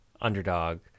underdog